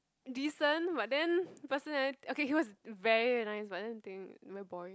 decent but then persona~ okay he was very nice but then the thing very boring